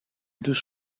deux